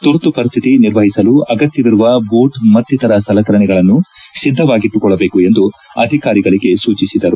ತುರ್ತು ಪರಿಸ್ಥಿತಿ ನಿರ್ವಹಿಸಲು ಅಗತ್ಯವಿರುವ ಬೋಣ್ ಮತ್ತಿತರ ಸಲಕರಣೆಗಳನ್ನು ಸಿದ್ದವಾಗಿಟ್ಟುಕೊಳ್ಳಬೇಕು ಎಂದು ಅಧಿಕಾರಿಗಳಿಗೆ ಸೂಚಿಸಿದರು